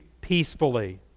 peacefully